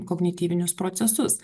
kognityvinius procesus